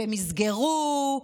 שהם יסגרו?